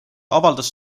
avaldas